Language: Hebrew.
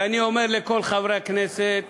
ואני אומר לכל חברי הכנסת